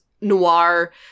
noir